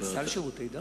על סל שירותי דת?